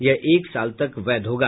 यह एक साल तक वैध होगा